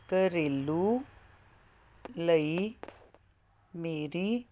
ਘਰੇਲੂ ਲਈ ਮੇਰੀ